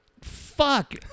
fuck